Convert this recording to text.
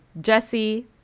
Jesse